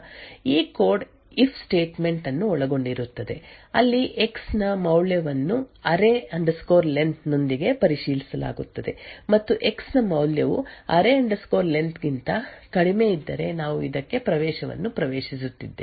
Spectre attack ಗಳನ್ನು ಅರ್ಥಮಾಡಿಕೊಳ್ಳಲು ನಾವು ಕೋಡ್ ನ ಸಣ್ಣ ತುಣುಕನ್ನು ತೆಗೆದುಕೊಳ್ಳೋಣ ಈ ಕೋಡ್ ಇಫ್ ಸ್ಟೇಟ್ಮೆಂಟ್ ಅನ್ನು ಒಳಗೊಂಡಿರುತ್ತದೆ ಅಲ್ಲಿ ಎಕ್ಸ್ ನ ಮೌಲ್ಯವನ್ನು ಅರೇ ಲೆನ್ array len ನೊಂದಿಗೆ ಪರಿಶೀಲಿಸಲಾಗುತ್ತದೆ ಮತ್ತು ಎಕ್ಸ್ ನ ಮೌಲ್ಯವು ಅರೇ ಲೆನ್ array len ಗಿಂತ ಕಡಿಮೆಯಿದ್ದರೆ ನಾವು ಇದಕ್ಕೆ ಪ್ರವೇಶವನ್ನು ಪ್ರವೇಶಿಸುತ್ತಿದ್ದೇವೆ